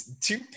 two